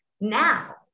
Now